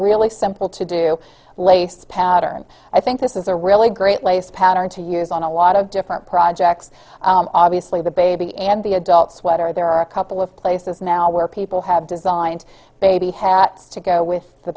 really simple to do lace pattern i think this is a really great lace pattern to use on a lot of different projects obviously the baby and the adult sweater there are a couple of places now where people have designed baby had to go with the